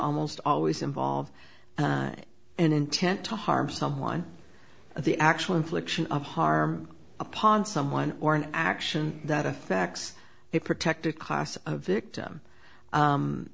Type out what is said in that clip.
almost always involve an intent to harm someone of the actual infliction of harm upon someone or an action that affects a protected class a victim